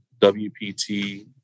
WPT